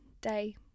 day